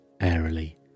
airily